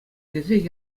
тесе